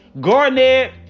Garnett